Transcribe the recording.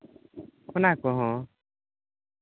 ᱚᱱᱟ ᱠᱚᱦᱚᱸ